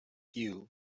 you